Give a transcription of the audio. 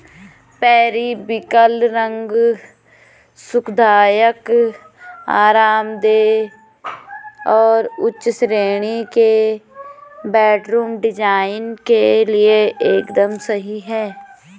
periwinkle रंग सुखदायक, आरामदेह और उच्च श्रेणी के बेडरूम डिजाइन के लिए एकदम सही है